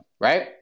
right